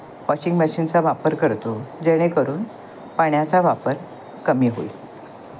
washing मशीनचा वापर करतो जेणेकरून पाण्याचा वापर कमी होईल